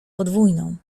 podwójną